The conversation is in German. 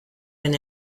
wenn